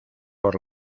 por